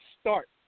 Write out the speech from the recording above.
start